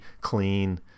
clean